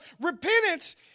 repentance